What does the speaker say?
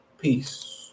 Peace